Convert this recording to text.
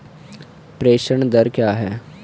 प्रेषण दर क्या है?